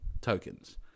tokens